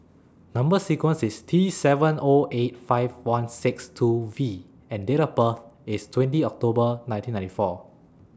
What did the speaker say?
Number sequence IS T seven O eight five one six two V and Date of birth IS twenty October nineteen ninety four